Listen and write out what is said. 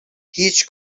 هیچ